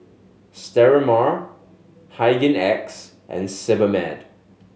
Sterimar Hygin X and Sebamed